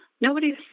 Nobody's